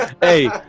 Hey